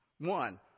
One